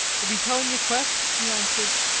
i'll be tellin' ye quick! he answered,